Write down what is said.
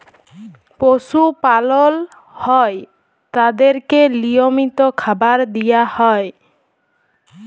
পশু পালল হ্যয় তাদেরকে লিয়মিত খাবার দিয়া হ্যয়